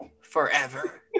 Forever